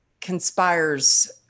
conspires